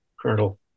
Colonel